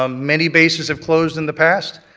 um many bases have closed in the past.